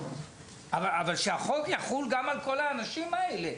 אבל שהחוק יחול גם על כל האנשים האלה.